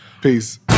Peace